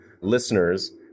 Listeners